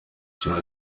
kintu